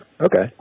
Okay